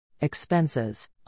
Expenses